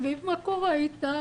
סביב מה קורה איתה,